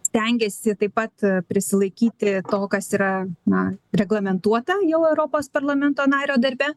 stengiasi taip pat prisilaikyti to kas yra na reglamentuota jau europos parlamento nario darbe